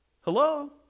hello